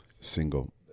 single